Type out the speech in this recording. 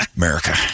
america